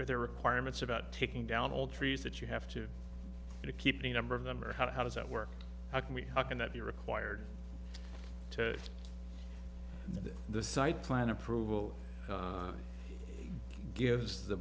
your their requirements about taking down old trees that you have to keep the number of them or how does that work how can we how can that be required to the site plan approval gives the